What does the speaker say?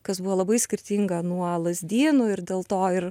kas buvo labai skirtinga nuo lazdynų ir dėl to ir